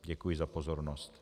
Děkuji za pozornost.